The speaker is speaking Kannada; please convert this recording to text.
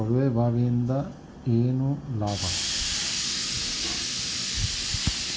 ಕೊಳವೆ ಬಾವಿಯಿಂದ ಏನ್ ಲಾಭಾ?